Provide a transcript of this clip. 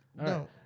No